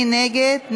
מי נגד?